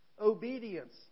obedience